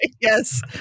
yes